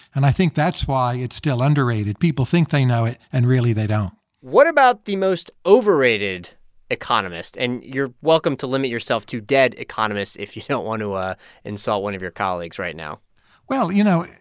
and i think that's why it's still underrated. people think they know it, and really, they don't what about the most overrated economist? and you're welcome to limit yourself to dead economists if you don't want to ah insult one of your colleagues right now well, you know,